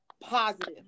positive